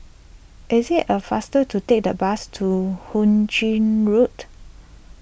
is a faster to take the bus to Hu Ching Road